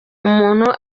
umuntu